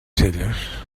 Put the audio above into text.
celles